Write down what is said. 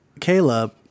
caleb